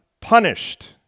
punished